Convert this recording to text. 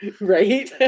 right